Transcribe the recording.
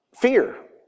fear